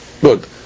Good